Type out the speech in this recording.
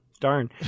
Darn